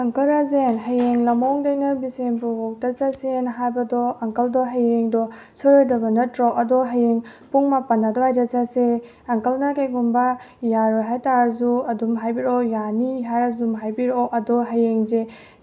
ꯑꯪꯀꯜ ꯔꯥꯖꯦꯟ ꯍꯌꯦꯡ ꯂꯝꯂꯣꯡꯗꯒꯤꯅ ꯕꯤꯁꯦꯟꯄꯨꯔꯐꯥꯎꯗ ꯆꯠꯁꯦꯑꯅ ꯍꯥꯏꯕꯗꯣ ꯑꯪꯀꯜꯗꯣ ꯍꯌꯦꯡꯗꯣ ꯁꯣꯏꯔꯣꯏꯗꯕ ꯅꯠꯇ꯭ꯔꯣ ꯑꯗꯣ ꯍꯌꯦꯡ ꯄꯨꯡ ꯃꯥꯄꯟ ꯑꯗꯥ꯭ꯋꯏꯗ ꯆꯠꯁꯦ ꯑꯪꯀꯜꯅ ꯀꯩꯒꯨꯝꯕ ꯌꯥꯔꯣꯏ ꯍꯥꯏꯇꯥꯔꯁꯨ ꯑꯗꯨꯝ ꯍꯥꯏꯕꯤꯔꯛꯑꯣ ꯌꯥꯅꯤ ꯍꯥꯏꯔꯁꯨ ꯑꯗꯨꯝ ꯍꯥꯏꯕꯤꯔꯛꯑꯣ ꯑꯗꯣ ꯍꯌꯦꯡꯁꯦ